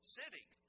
sitting